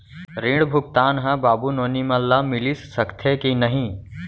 ऋण भुगतान ह बाबू नोनी मन ला मिलिस सकथे की नहीं?